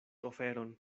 oferon